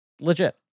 Legit